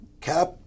Cap